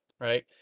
right